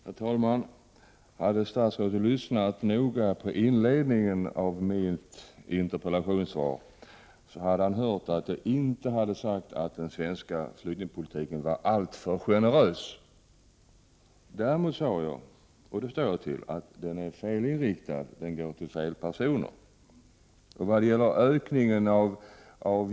Herr talman! Hade statsrådet lyssnat noga på inledningen av mitt anförande hade han hört att jag inte sade att den svenska flyktingpolitiken var alltför generös. Däremot sade jag — och det står jag för — att den är felriktad.